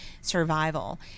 survival